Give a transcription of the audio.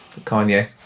Kanye